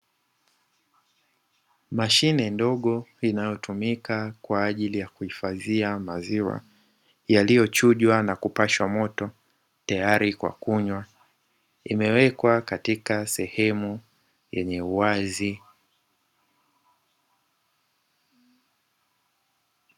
Mashine ndogo inayotumika kwa ajili ya kuhifadhia maziwa yaliyochujwa na kupashwa moto, tayari kwa kunywa imewekwa katika sehemu yenye uwazi.